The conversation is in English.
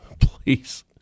Please